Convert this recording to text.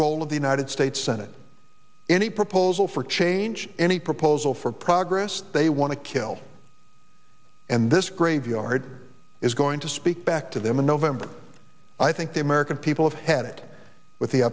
role of the united states senate any proposal for change any proposal for progress they want to kill and this graveyard is going to speak back to them in november i think the american people have had it with the